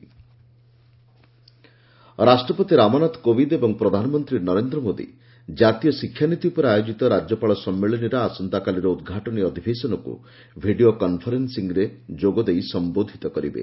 ପ୍ରେଜ୍ PM education policy ରାଷ୍ଟ୍ରପତି ରାମନାଥ କୋବିନ୍ଦ ଓ ପ୍ରଧାନମନ୍ତ୍ରୀ ନରେନ୍ଦ୍ର ମୋଦି ଜାତୀୟ ଶିକ୍ଷାନୀତି ଉପରେ ଆୟୋଜିତ ରାଜ୍ୟପାଳ ସମ୍ମିଳନୀର ଆସନ୍ତାକାଲିର ଉଦ୍ଘାଟନୀ ଅଧିବେଶନକୁ ଭିଡିଓ କନ୍ଫରେନ୍ସିଂ ଯୋଗେ ସମ୍ଘୋଧନ କରିବେ